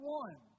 one